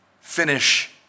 finish